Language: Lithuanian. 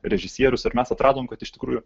režisierius ir mes atradom kad iš tikrųjų